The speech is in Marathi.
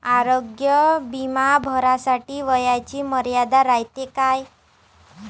आरोग्य बिमा भरासाठी वयाची मर्यादा रायते काय?